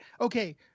okay